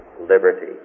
liberty